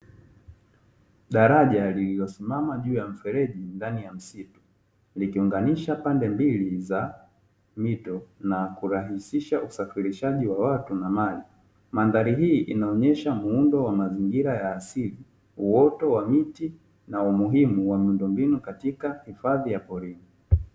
Daraja lililosimama juu ya mfereji ndani ya msitu, likiunganisha pande mbili za mito na kurahisisha usafirishaji wa watu na mali. Mandhari hii muundo wa mazingira ya asili , uoto wa miti na umuhimu wa miundo mbinu katika hifadhi ya porini.